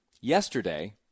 Yesterday